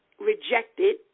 rejected